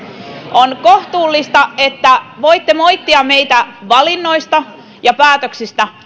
on kohtuullista että voitte moittia meitä valinnoista ja päätöksistä